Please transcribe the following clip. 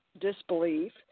disbelief